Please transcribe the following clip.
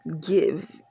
give